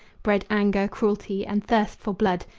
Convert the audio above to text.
bred anger, cruelty, and thirst for blood,